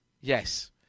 yes